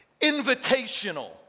invitational